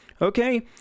Okay